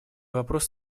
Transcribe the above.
вопрос